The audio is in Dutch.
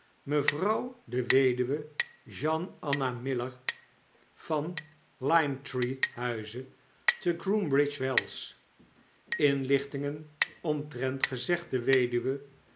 mevrouw de weduwe jeane anna miller van limetree-huize te g r o o m bridgewells inlichtingen omtrent gezegde weduwe